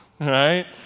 right